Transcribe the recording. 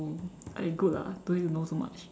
!aiya! good lah don't need to know so much